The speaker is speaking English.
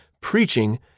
preaching